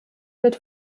wird